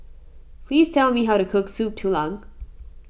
please tell me how to cook Soup Tulang